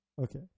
Okay